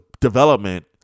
development